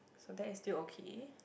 so that is still okay